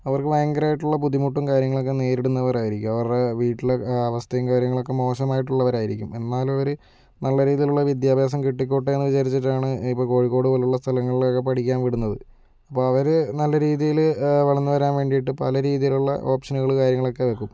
അവർക്ക് ഭയങ്കരമായിട്ടുള്ള ബുദ്ധിമുട്ടും കാര്യങ്ങളൊക്കെ നേരിടുന്നവരായിരിക്കും അവരുടെ വീട്ടിലെ അവസ്ഥയും കാര്യങ്ങളൊക്കെ മോശമായിട്ടുള്ളവരായിരിക്കും എന്നാലും അവര് നല്ല രീതിയിലുള്ള വിദ്യാഭ്യാസം കിട്ടിക്കോട്ടേയെന്ന് വിചാരിച്ചിട്ടാണ് ഇപ്പോൾ കോഴിക്കോടൊക്കെ പോലുള്ള സ്ഥലങ്ങളിൽ പഠിക്കാൻ വിടുന്നത് അപ്പോൾ അവര് നല്ല രീതീയില് വളർന്നുവരാൻ വേണ്ടിയിട്ട് പല രീതിയിലുളള ഓപ്ഷൻ കാര്യങ്ങളൊക്കെ വെക്കും